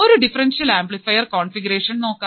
ഒരു differential amplifier configuration നോക്കാം